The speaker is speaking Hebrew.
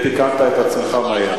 ותיקנת את עצמך מהר.